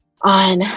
on